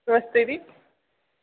नमस्ते जी